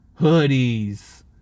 hoodies